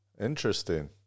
Interesting